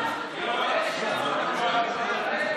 חבר הכנסת גפני,